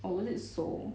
or was it seoul